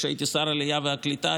כשהייתי שר העלייה והקליטה,